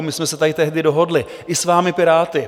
My jsme se tady tehdy dohodli i s vámi Piráty.